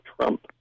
Trump